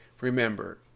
Remember